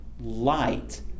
light